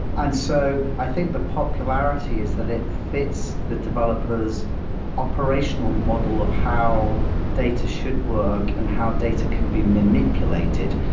and so i think the popularity is that it fits the developer s operational model of how data should work and how data can be manipulated.